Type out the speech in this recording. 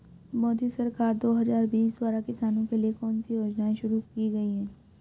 मोदी सरकार दो हज़ार बीस द्वारा किसानों के लिए कौन सी योजनाएं शुरू की गई हैं?